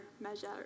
measure